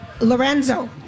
Lorenzo